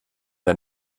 der